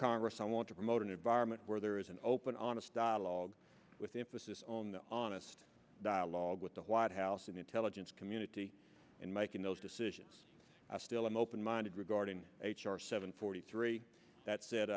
congress i want to promote an environment where there is an open honest dialogue with emphasis on the honest dialogue with the white house and intelligence community in making those decisions i still am open minded regarding h r seven forty three that